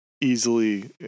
easily